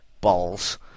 balls